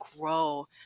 grow